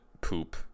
poop